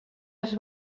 els